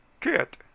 kit